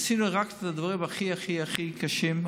עשינו רק את הדברים הכי הכי הכי קשים,